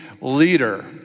leader